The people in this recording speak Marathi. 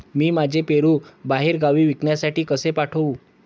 मी माझे पेरू बाहेरगावी विकण्यासाठी कसे पाठवू?